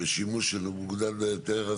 ושימוש שהוא מנוגד להיתר,